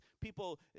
people